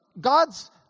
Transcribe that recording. God's